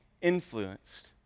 influenced